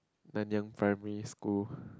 Nanyang Primary School